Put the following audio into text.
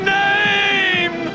name